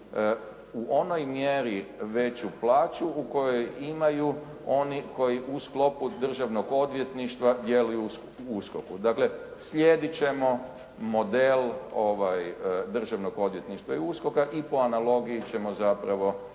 u onoj mjeri veću plaću u kojoj imaju oni koji u sklopu državnog odvjetništva djeluju u USKOK-u. Dakle, slijedit ćemo model državnog odvjetništva i USKOK-a i po analogiji ćemo zapravo